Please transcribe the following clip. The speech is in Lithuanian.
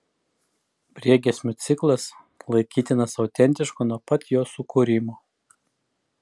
priegiesmių ciklas laikytinas autentišku nuo pat jo sukūrimo